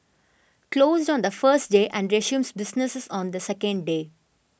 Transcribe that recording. closed on the first day and resumes business on the second day